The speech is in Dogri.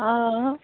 हां